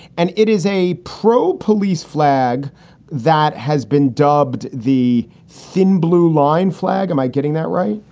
and it is a pro police flag that has been dubbed the thin blue line flag. am i getting that right?